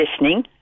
listening